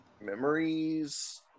memories